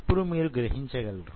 ఇప్పుడు మీరు గ్రహించగలరు